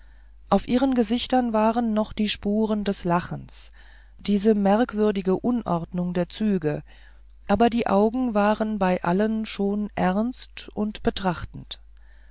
auf ihren gesichtern waren noch die spuren des lachens diese merkwürdige unordnung der züge aber die augen waren bei allen schon ernst und betrachtend